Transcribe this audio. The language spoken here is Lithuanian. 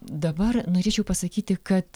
dabar norėčiau pasakyti kad